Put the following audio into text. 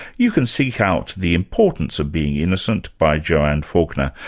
you can seek out the importance of being innocent by joanne faulkner.